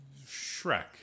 Shrek